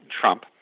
Trump